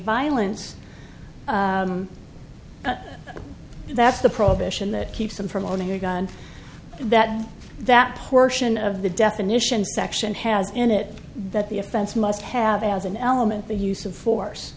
violence that's the probation that keeps them from owning a gun that that portion of the definition section has in it that the offense must have as an element the use of force